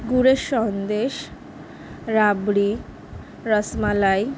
গুড়ের সন্দেশ রাবড়ি রসমালাই